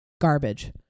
garbage